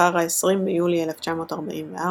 לאחר העשרים ביולי 1944,